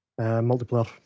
multiplayer